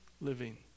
living